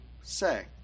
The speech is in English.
say